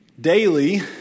daily